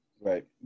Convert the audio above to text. Right